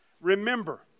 Remember